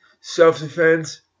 self-defense